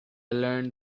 learned